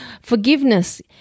Forgiveness